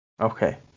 Okay